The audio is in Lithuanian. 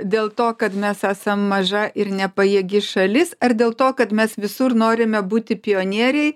dėl to kad mes esam maža ir nepajėgi šalis ar dėl to kad mes visur norime būti pionieriai